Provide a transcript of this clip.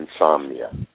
insomnia